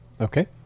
Okay